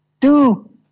two